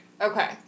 Okay